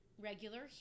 regular